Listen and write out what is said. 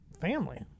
family